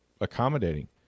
accommodating